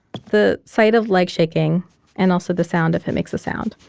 the sight of leg shaking and also the sound if it makes a sound,